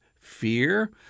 fear